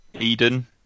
Eden